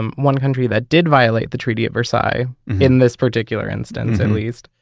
um one country that did violate the treaty of versailles in this particular instance at least,